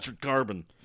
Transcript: carbon